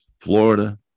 Florida